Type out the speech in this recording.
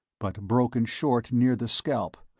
but broken short near the scalp,